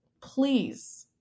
please